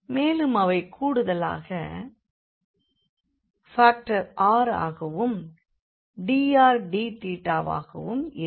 மேலும் அவை கூடுதலான ஃபாக்டர் r ஆகவும் dr dθஆகவும் இருக்கும்